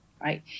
right